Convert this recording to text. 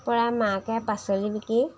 পৰা মাকে পাচলি বিকি